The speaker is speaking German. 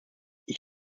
ich